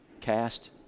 cast